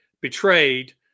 betrayed